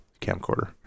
camcorder